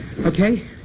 Okay